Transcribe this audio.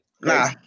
nah